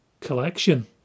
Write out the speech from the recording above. collection